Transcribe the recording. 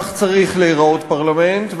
כך צריך להיראות פרלמנט,